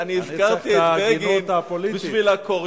זה לצורך ההגינות הפוליטית.